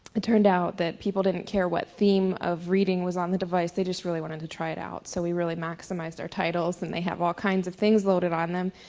it turned out that people didn't care what theme of reading was on the device. they just really wanted to try it out. so we really maximized our titles and they have all kinds of things loaded on them.